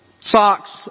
socks